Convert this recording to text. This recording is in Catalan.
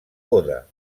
coda